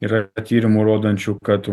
yra tyrimų rodančių kad